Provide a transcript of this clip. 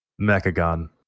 Mechagon